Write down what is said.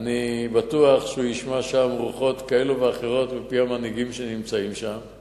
ואני בטוח שהוא ישמע שם רוחות כאלה ואחרות מפי המנהיגים שנמצאים שם.